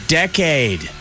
decade